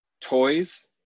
toys